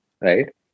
right